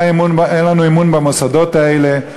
אין לנו אמון במוסדות האלה,